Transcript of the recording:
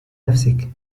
نفسك